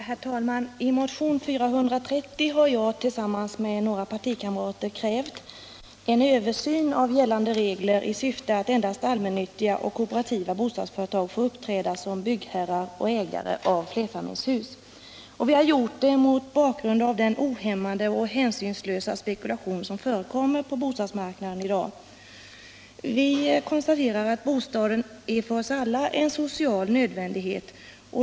Herr talman! I motionen 430 har jag tillsammans med några partikamrater krävt en översyn av gällande regler i syfte att endast allmännyttiga och kooperativa bostadsföretag får uppträda som byggherrar och ägare av flerfamiljshus. Vi har gjort det mot bakgrunden av den ohämmade och hänsynslösa spekulation som i dag förekommer på bostadsmarknaden. Vi konstaterar att bostaden för oss alla är en social nödvändighet.